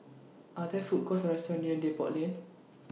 Are There Food Courts Or restaurants near Depot Lane